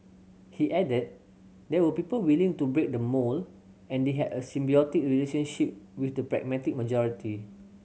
he added there were people willing to break the mould and they had a symbiotic relationship with the pragmatic majority